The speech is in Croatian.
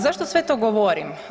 Zašto sve to govorim?